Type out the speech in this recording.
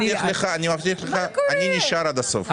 אני מבטיח לך, אני נשאר עד הסוף.